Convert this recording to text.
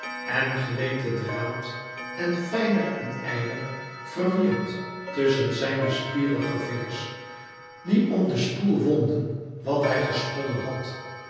en gleed de draad en fijner en ijler verwierd tusschen zijne spierige vingers die om den spoel wonden wat hij gesponnen had